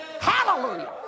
Hallelujah